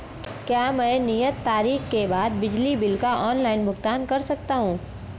क्या मैं नियत तारीख के बाद बिजली बिल का ऑनलाइन भुगतान कर सकता हूं?